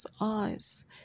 eyes